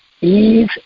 ease